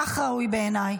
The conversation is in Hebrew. כך ראוי בעיניי.